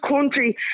country